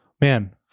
man